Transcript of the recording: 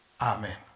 Amen